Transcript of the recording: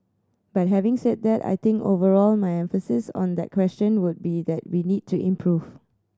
but having said that I think overall my emphasis on that question would be that we need to improve